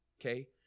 okay